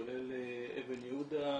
כולל אבן יהודה,